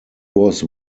was